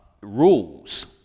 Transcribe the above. rules